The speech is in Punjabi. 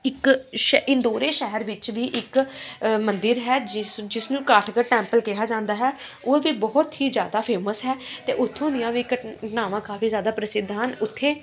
ਇੱਕ ਸ਼ ਇੰਦੋਰੇ ਸ਼ਹਿਰ ਵਿੱਚ ਵੀ ਇੱਕ ਮੰਦਿਰ ਹੈ ਜਿਸ ਜਿਸ ਨੂੰ ਕਾਠਗੜ੍ਹ ਟੈਂਪਲ ਕਿਹਾ ਜਾਂਦਾ ਹੈ ਉਹ ਅਤੇ ਬਹੁਤ ਹੀ ਜ਼ਿਆਦਾ ਫੇਮਸ ਹੈ ਅਤੇ ਉੱਥੋਂ ਦੀਆਂ ਵੀ ਘਟਨਾਵਾਂ ਕਾਫ਼ੀ ਜ਼ਿਆਦਾ ਪ੍ਰਸਿੱਧ ਹਨ ਉੱਥੇ